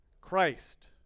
Christ